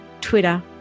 Twitter